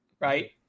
Right